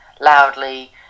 loudly